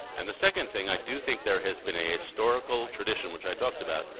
and the second thing, i do think there has been an historical tradition, which i talked about,